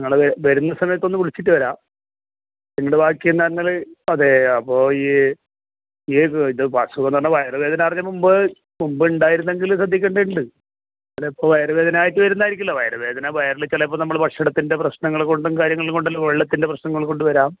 നിങ്ങൾ വരുന്ന സമയത്തൊന്ന് വിളിച്ചിട്ട് വരാം പിന്നീട് ബാക്കിയെന്നാൽ നിങ്ങൾ അതേ അപ്പോൾ ഈ ഈ ഇത് അസുഖം എന്നു പറഞ്ഞാൽ വയറ് വേദന അറിഞ്ഞ മുമ്പ് മുമ്പുണ്ടായിരുന്നെങ്കിലും ഇത് ശ്രദ്ധിക്കേണ്ടതുണ്ട് അല്ലെങ്കിലിപ്പോൾ വയറു വേദനയായിട്ട് വരുന്ന ആയിരിക്കില്ല വയറു വേദന വയറിൽ ചിലപ്പോൾ നമ്മൾ ഭക്ഷണത്തിൻ്റെ പ്രശ്നങ്ങൾ കൊണ്ടും കാര്യങ്ങളും കൊണ്ടെല്ലാം വെള്ളത്തിൻ്റെ പ്രശ്നനങ്ങൾ കൊണ്ടുവരാം